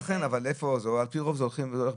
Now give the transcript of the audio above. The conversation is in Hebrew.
אז לכן, על פי רוב זה הולך ביחד.